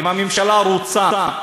אם הממשלה רוצה,